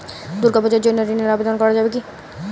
দুর্গাপূজার জন্য ঋণের আবেদন করা যাবে কি?